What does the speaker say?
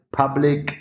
public